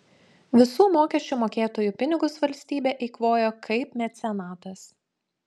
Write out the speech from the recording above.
visų mokesčių mokėtojų pinigus valstybė eikvojo kaip mecenatas